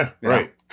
Right